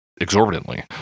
exorbitantly